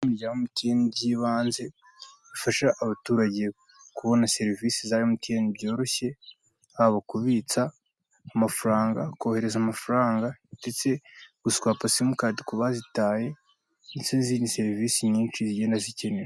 Ibigo bya emutiyene byibanze bifasha abaturage kubona serivise za emutiyene byoroshye yaba kubitsa ku mafaranga kohereza amafaranga ndetse guswapa simukadi ku bazitaye ndetse n'izindi serivise zigiye zikenewe.